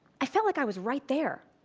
i felt like i was right there.